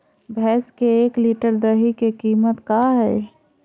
भैंस के एक लीटर दही के कीमत का है?